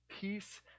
peace